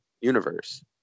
universe